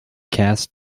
cast